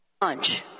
Punch